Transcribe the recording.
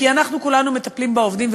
כי אנחנו כולנו מטפלים בעובדים,